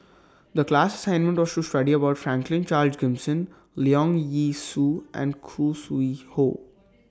The class assignment was to study about Franklin Charles Gimson Leong Yee Soo and Khoo Sui Hoe